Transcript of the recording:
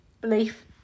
belief